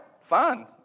fine